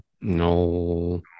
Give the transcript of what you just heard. no